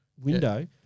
window